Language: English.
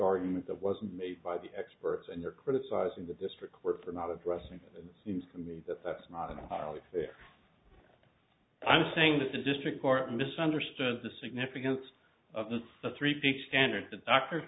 argument that was made by the experts and you're criticizing the district court for not addressing it seems to me that that's not entirely fair i'm saying that the district court misunderstood the significance of the the three piece standard t